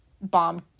bomb